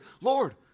Lord